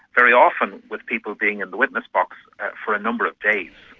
very often with people being in the witness box for a number of days.